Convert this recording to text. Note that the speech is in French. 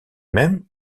même